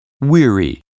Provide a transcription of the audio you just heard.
Weary